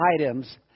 items